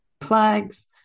flags